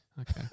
Okay